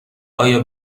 آیا